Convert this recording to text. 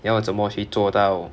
要怎么去做到